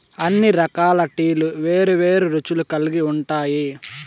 అన్ని రకాల టీలు వేరు వేరు రుచులు కల్గి ఉంటాయి